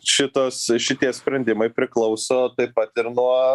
šitos šitie sprendimai priklauso taip pat ir nuo